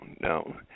no